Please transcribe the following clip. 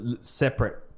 separate